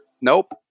Nope